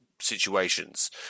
situations